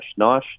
nosh